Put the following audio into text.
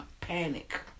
panic